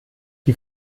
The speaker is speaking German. die